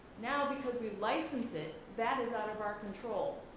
now, because we license it, that is out of our control,